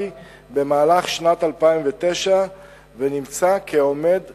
במהלך שנת 2009 ונמצא עומד בדרישות.